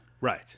Right